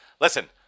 Listen